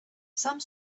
some